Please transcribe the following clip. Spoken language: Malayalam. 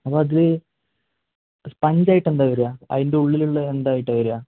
അപ്പോൾ അതിൽ സ്പഞ്ചായിട്ടെന്താ വരിക അതിൻറെ ഉള്ളിലുള്ളത് എന്തായിട്ടാണ് വരിക